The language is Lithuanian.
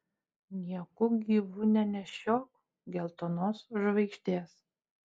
nieku gyvu nenešiok geltonos žvaigždės